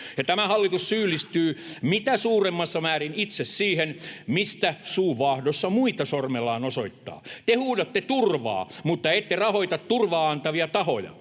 tämä hallitus syyllistyy mitä suurimmassa määrin itse siihen, mistä se suu vaahdossa muita sormellaan osoittaa. Te huudatte turvaa mutta ette rahoita turvaa antavia tahoja.